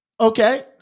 Okay